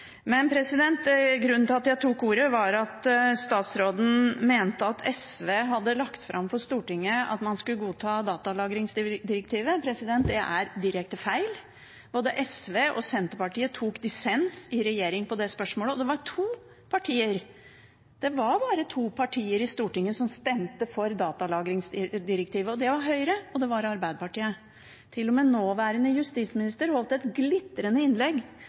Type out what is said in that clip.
Grunnen til at jeg tok ordet, var at statsråden sa at SV hadde lagt fram for Stortinget at man skulle godta datalagringsdirektivet. Det er direkte feil. Både SV og Senterpartiet tok dissens i regjering på det spørsmålet. Det var to partier – det var bare to partier – i Stortinget som stemte for datalagringsdirektivet. Det var Høyre, og det var Arbeiderpartiet. Til og med nåværende justisminister holdt et glitrende innlegg